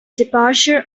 departure